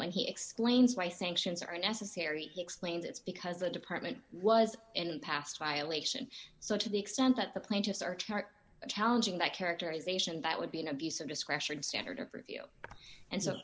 when he explains why sanctions are necessary he explains it's because the department was in the past violation so to the extent that the plaintiffs are chart challenging that characterization that would be an abuse of discretion standard of review and so